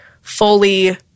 fully